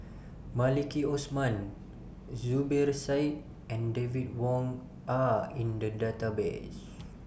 Maliki Osman Zubir Said and David Wong Are in The Database